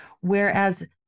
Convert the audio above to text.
Whereas